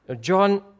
John